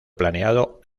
planeado